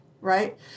right